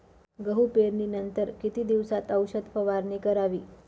गहू पेरणीनंतर किती दिवसात औषध फवारणी करावी?